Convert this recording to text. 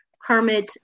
Kermit